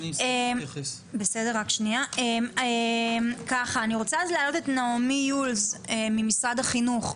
אז אני רוצה להעלות את נעמי יולס ממשרד החינוך.